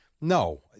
No